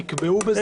שנוכל לכנס אותה.